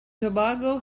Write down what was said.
tobago